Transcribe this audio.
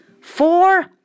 four